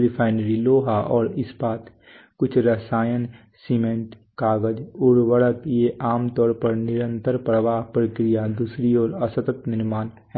refinery लोहा और इस्पात कुछ रसायन सीमेंट कागज उर्वरक ये आमतौर पर हैं निरंतर प्रवाह प्रक्रिया दूसरी ओर असतत निर्माण है